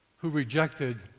who rejected,